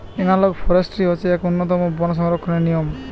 analogue forestry হচ্ছে এক উন্নতম বন সংরক্ষণের নিয়ম